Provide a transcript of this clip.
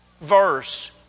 verse